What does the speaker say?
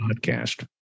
podcast